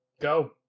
go